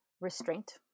restraint